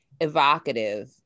evocative